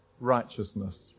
righteousness